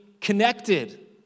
connected